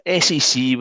SEC